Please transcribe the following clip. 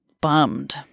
bummed